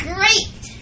Great